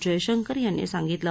जयशंकर यांनी सांगितलं